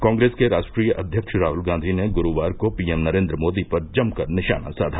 कांग्रेस के राष्ट्रीय अध्यक्ष राहुल गांधी ने गुरुवार को पीएम नरेंद्र मोदी पर जमकर निशाना साया